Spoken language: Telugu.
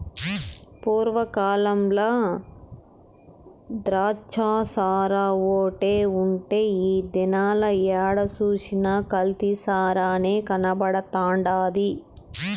పూర్వ కాలంల ద్రాచ్చసారాఓటే ఉండే ఈ దినాల ఏడ సూసినా కల్తీ సారనే కనబడతండాది